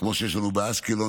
כמו שיש לנו באשקלון,